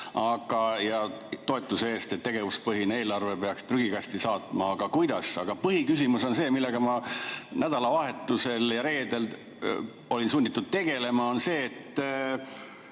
eest ja toetuse eest, et tegevuspõhise eelarve peaks prügikasti saatma. Aga kuidas? Põhiküsimus on see, millega ma nädalavahetusel ja reedel olin sunnitud tegelema, et